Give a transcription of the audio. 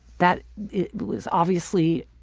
that is obviously